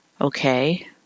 Okay